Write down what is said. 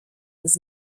was